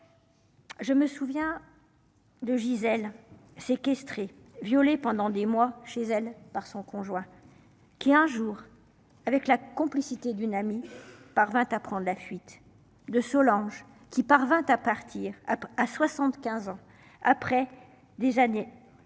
Je me souviens. De Gisèle séquestré, violé pendant des mois chez elle par son conjoint. Qui, un jour, avec la complicité d'une amie par 20 à prendre la fuite de Solange qui par 20 à partir à à 75 ans. Après des années.